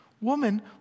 woman